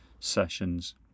sessions